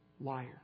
liar